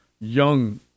young